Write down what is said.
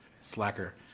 Slacker